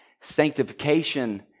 sanctification